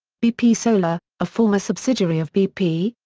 bp solar, a former subsidiary of bp,